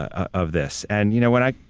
ah of this. and you know when i,